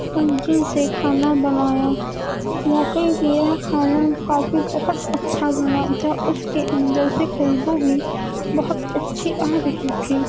پنجل سے کھانا بنایا واقعی میرا کھانا کافی بہت اچھا بنا تھا اس کے اندر سے خوشبو بھی بہت اچھی آ رہی تھی